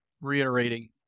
reiterating